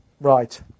Right